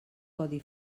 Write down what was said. codi